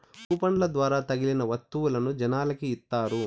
కూపన్ల ద్వారా తగిలిన వత్తువులను జనాలకి ఇత్తారు